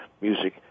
music